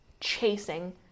chasing